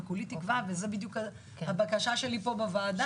וכולי תקווה וזו בדיוק הבקשה שלי פה בוועדה,